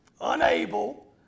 unable